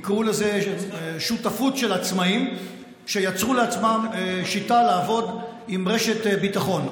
תקראו לזה שותפות של עצמאים שיצרו לעצמם שיטה לעבוד עם רשת ביטחון.